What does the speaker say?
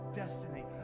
destiny